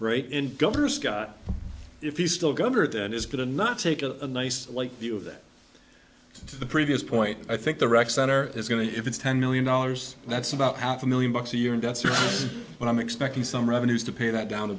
rate in governor scott if you still governor that is going to not take a nice like view of that to the previous point i think the rec center is going to if it's ten million dollars that's about half a million bucks a year and that's what i'm expecting some revenues to pay that down a